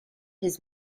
his